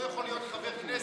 לא יכול להיות חבר כנסת,